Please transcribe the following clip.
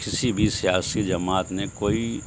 کسی بھی سیاسی جماعت نے کوئی